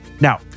Now